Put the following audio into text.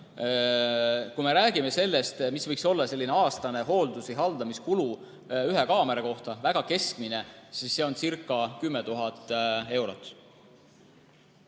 Kui me räägime sellest, mis võiks olla keskmine aastane hooldus- või haldamiskulu ühe kaamera kohta, siis see oncirca10 000 eurot.